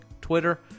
Twitter